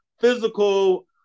physical